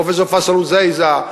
פרופסור פייסל עזאיזה,